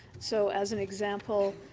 so as an example